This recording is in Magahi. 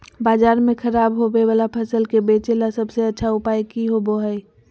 बाजार में खराब होबे वाला फसल के बेचे ला सबसे अच्छा उपाय की होबो हइ?